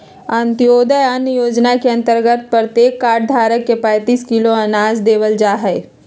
अंत्योदय अन्न योजना के अंतर्गत प्रत्येक कार्ड धारक के पैंतीस किलो अनाज देवल जाहई